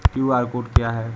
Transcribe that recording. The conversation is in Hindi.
क्यू.आर कोड क्या है?